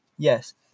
Yes